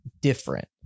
different